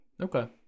Okay